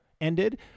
ended